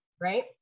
right